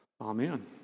Amen